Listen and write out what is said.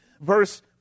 verse